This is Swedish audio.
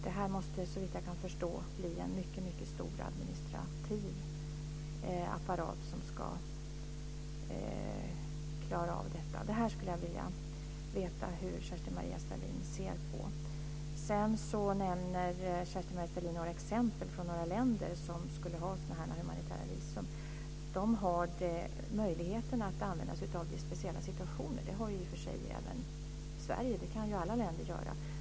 Det här måste såvitt jag kan förstå bli en mycket stor administrativ apparat som ska klara av detta. Jag skulle vilja veta hur Kerstin-Maria Stalin ser på det här. Sedan nämner Kerstin-Maria Stalin exempel på några länder som skulle ha sådana här humanitära visum. De har möjligheten att använda sig av det här i speciella situationer. Det har i och för sig även Sverige. Det kan ju alla länder göra.